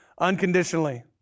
unconditionally